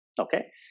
okay